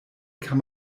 kann